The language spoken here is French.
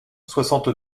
soixante